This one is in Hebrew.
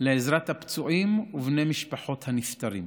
לעזרת הפצועים ובני משפחות הנפטרים.